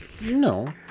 No